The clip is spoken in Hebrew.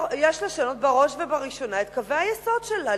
יש לשנות בראש ובראשונה את קווי היסוד שלה,